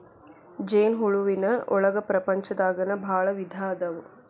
ಜೇನ ಹುಳುವಿನ ಒಳಗ ಪ್ರಪಂಚದಾಗನ ಭಾಳ ವಿಧಾ ಅದಾವ